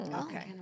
Okay